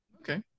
Okay